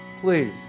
Please